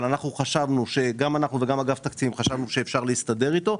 אבל אנחנו חשבנו שגם אנחנו וגם אגף תקציבים חשבנו שאפשר להסתדר איתו,